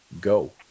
Go